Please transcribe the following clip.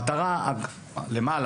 המטרה למעלה,